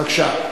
בבקשה.